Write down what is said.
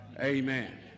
Amen